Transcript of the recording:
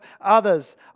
others